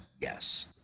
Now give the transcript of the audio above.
yes